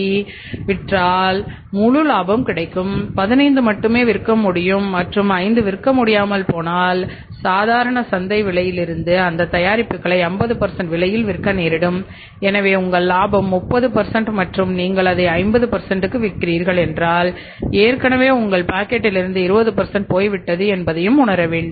களைக் விற்றால் முழு லாபம் கிடைக்கும்15 மட்டுமே விற்க முடியும் மற்றும் 5 விற்க முடியாமல் போனால் சாதாரண சந்தை விலையிலிருந்து அந்த தயாரிப்புகளை 50 விலையில் விற்க நேரிடும் எனவே உங்கள் லாபம் 30 மற்றும் நீங்கள் அதை 50 க்கு விற்கிறீர்கள் என்றால் ஏற்கனவே உங்கள் பாக்கெட்டிலிருந்து 20 போய் போய்விட்டது என்பதை உணரவேண்டும்